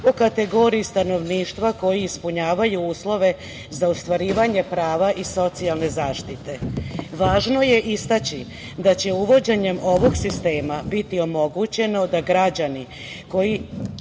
po kategoriji stanovništva koji ispunjavaju uslove za ostvarivanje prava iz socijalne zaštite. Važno je istaći da će uvođenjem ovog sistema biti omogućeno da građani koji